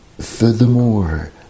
Furthermore